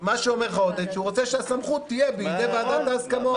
עודד אומר שהוא רוצה שהסמכות תהיה בידי ועדת ההסכמות.